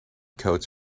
coats